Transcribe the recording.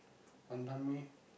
Wanton-Mee